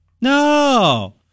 No